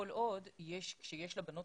כל עוד שיש לבנות